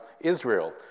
Israel